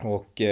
Och